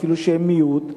אפילו שהם מיעוט,